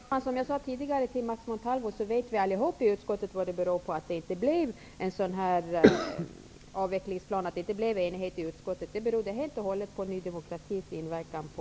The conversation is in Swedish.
Herr talman! Som jag sade tidigare till Max Montalvo vet vi allihop i utskottet vad det beror på att det inte blev en avvecklingsplan. Att det inte blev enighet i utskottet berodde helt och hållet på